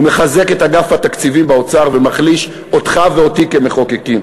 הוא מחזק את אגף התקציבים באוצר ומחליש אותך ואותי כמחוקקים.